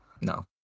No